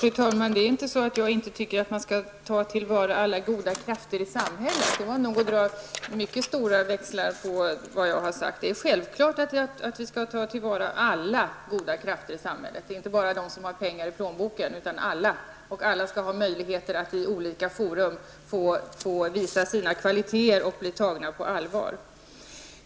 Fru talman! Jag tycker inte att man inte skall ta till vara alla goda krafter i samhället. Det var att dra mycket stora växlar på vad jag har sagt. Det är självklart att vi skall ta till vara alla goda krafter i samhället -- inte bara de som har pengar i plånboken, utan alla. Alla skall ha möjligheter att i olika forum få visa sina kvaliteter och bli tagna på allvar.